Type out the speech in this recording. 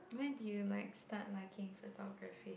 when do you like start liking photography